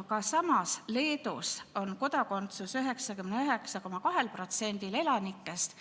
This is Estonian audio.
Aga samas Leedus on kodakondsus 99,2%‑l elanikest